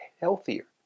healthier